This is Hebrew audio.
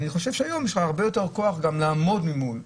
אני חושב שהיום יש לך הרבה יותר כוח לעמוד ממול,